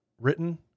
written